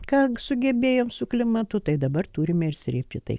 ką sugebėjom su klimatu tai dabar turime ir srėbti tai